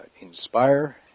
inspire